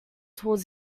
toward